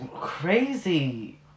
crazy